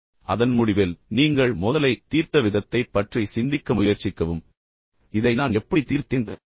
அதன் முடிவில் நீங்கள் மோதலைத் தீர்த்த விதத்தைப் பற்றி சிந்திக்க முயற்சிக்கவும் இந்த மோதலை நான் எப்படி தீர்த்தேன்